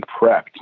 prepped